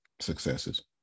successes